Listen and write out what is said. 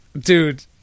Dude